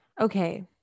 Okay